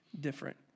different